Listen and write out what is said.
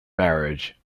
marriage